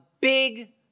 big